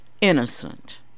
innocent